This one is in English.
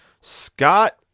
Scott